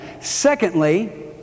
Secondly